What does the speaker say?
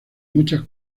muchas